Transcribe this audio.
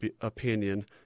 opinion